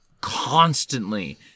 constantly